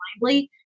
blindly